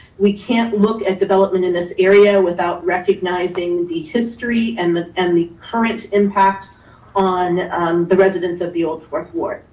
we can't look at development in this area without recognizing the history and the and the current impact on the residents of the old fourth ward.